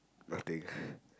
nothing ppl